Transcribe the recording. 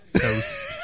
toast